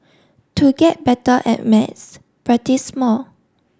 to get better at maths practice more